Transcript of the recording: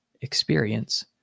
experience